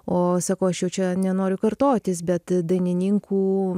o sakau aš jau čia nenoriu kartotis bet dainininkų